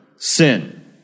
Sin